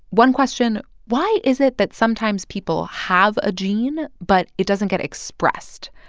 one question, why is it that sometimes people have a gene but it doesn't get expressed?